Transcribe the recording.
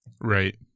Right